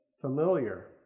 familiar